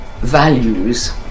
values